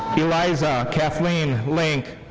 eliza kathleen link.